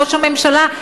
ראש הממשלה,